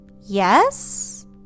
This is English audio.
Yes